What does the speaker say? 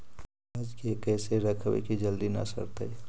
पयाज के कैसे रखबै कि जल्दी न सड़तै?